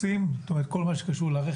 בכל מה שקשור לסוסים,